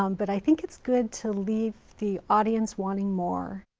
um but i think its good to leave the audience wanting more.